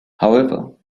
however